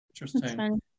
Interesting